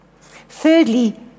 Thirdly